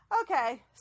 Okay